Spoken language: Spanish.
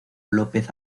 lópez